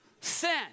sin